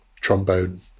trombone